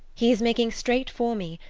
he is making straight for me,